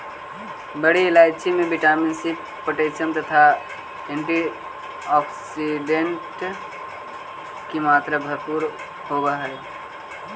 बड़ी इलायची में विटामिन सी पोटैशियम तथा एंटीऑक्सीडेंट की मात्रा भरपूर होवअ हई